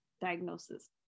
diagnosis